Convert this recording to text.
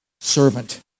Servant